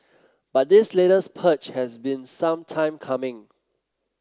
but this latest purge has been some time coming